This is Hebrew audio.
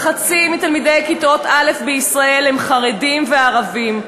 שבה חצי מתלמידי כיתות א' בישראל הם חרדים וערבים,